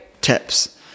tips